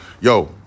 yo